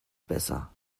besser